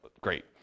great